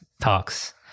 talks